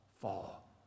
fall